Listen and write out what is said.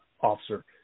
officer